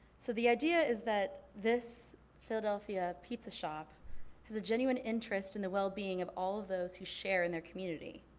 so the idea is that this philadelphia pizza shop has a genuine interest in the well being of all of those who share in their community.